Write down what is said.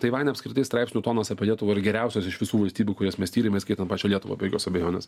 taivane apskritai straipsnių tonos apie lietuvą yra geriausios iš visų valstybių kurias mes tyrėm įskaitant pačią lietuvą be jokios abejonės